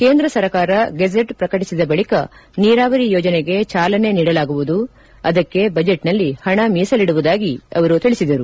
ಕೇಂದ್ರ ಸರ್ಕಾರ ಗೆಜೆಟ್ ಪ್ರಕಟಿಸಿದ ಬಳಿಕ ನೀರಾವರಿ ಯೋಜನೆಗೆ ಚಾಲನೆ ನೀಡಲಾಗುವುದು ಅದಕ್ಕೆ ಬಜೆಟ್ನಲ್ಲಿ ಹಣ ಮೀಸಲಿಡುವುದಾಗಿ ತಿಳಿಸಿದರು